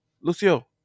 Lucio